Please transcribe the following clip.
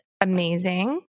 amazing